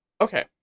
Okay